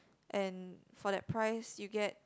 and for that price you get